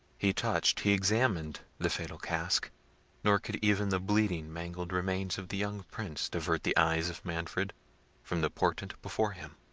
he touched, he examined the fatal casque nor could even the bleeding mangled remains of the young prince divert the eyes of manfred from the portent before him.